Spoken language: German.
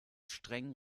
streng